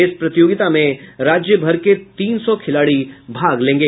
इस प्रतियोगिता में राज्यभर के तीन सौ खिलाड़ी भाग लेंगे